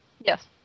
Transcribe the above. Yes